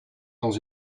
dans